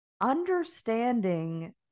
understanding